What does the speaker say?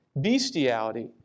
bestiality